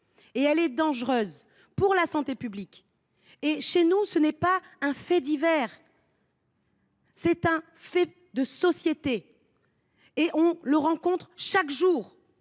elle est dangereuse pour la santé publique. Chez nous, ce n’est pas un fait divers, c’est un fait de société, que l’on rencontre chaque jour.